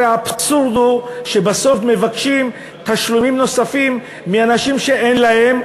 הרי אבסורד הוא שבסוף מבקשים תשלומים נוספים מאנשים שאין להם,